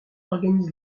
organise